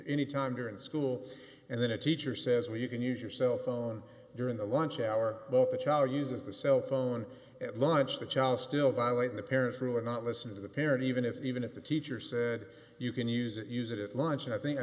any time you're in school and then a teacher says well you can use your cell phone during the lunch hour the child uses the cell phone at lunch the child still violating the parents rule or not listen to the parent even if even if the teacher said you can use it use it at lunch and i think i